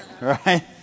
Right